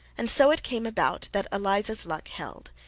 and so it came about that eliza's luck held,